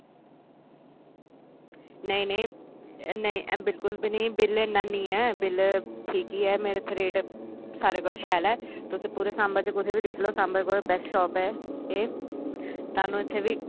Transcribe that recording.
नेई नेई बिल्कुल बी नेई बिल बनानी हां बिल ठीक ऐ मेरा जेहड़ा सारे कोला शैल ऐ तुस पूरे साम्बा च कुदे बी दिक्खी लैओ साम्बे च सारे कोला बेस्ट शाॅप ऐ ते सानू इत्थे दे